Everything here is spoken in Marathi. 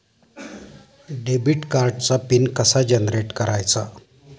डेबिट कार्डचा पिन कसा जनरेट करायचा?